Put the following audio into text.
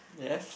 yes